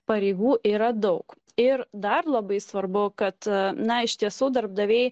pareigų yra daug ir dar labai svarbu kad na iš tiesų darbdaviai